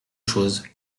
chose